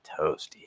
toasty